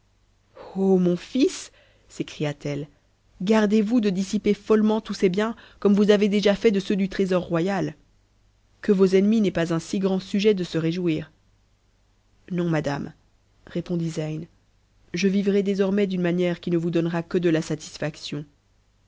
mon fils sécria i eue gardez-vous de dissiper follement tous ces biens comme vous avez déjà fait de ceux du trésor roya que vos ennemis n'aient pas un si grand sujet de se réjouir non madame répondit zeyn je vivrai désormais d'une manière qui ne vous donnera que de ia satisfaction